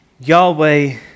Yahweh